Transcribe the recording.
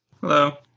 Hello